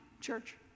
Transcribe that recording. church